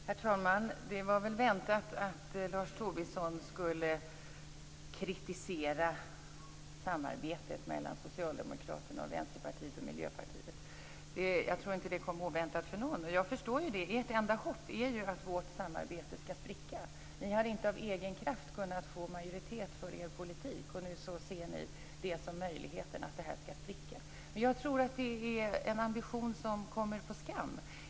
Herr talman! Det var väntat att Lars Tobisson skulle kritisera samarbetet mellan Socialdemokraterna, Vänsterpartiet och Miljöpartiet. Jag tror inte att det var oväntat för någon. Jag förstår det. Ert enda hopp är ju att vårt samarbete skall spricka. Ni har inte av egen kraft kunnat få majoritet för er politik, och nu ser ni möjligheten att samarbetet skall spricka. Jag tror att det är en ambition som kommer på skam.